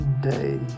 day